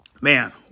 Man